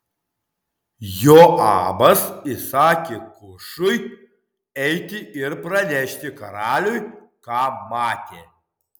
joabas įsakė kušui eiti ir pranešti karaliui ką matė